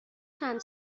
چند